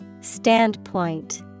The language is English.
Standpoint